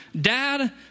Dad